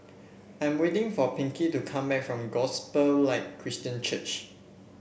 I'm waiting for Pinkie to come back from Gospel Light Christian Church